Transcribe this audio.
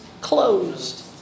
closed